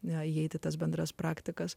ne įeiti tas bendras praktikas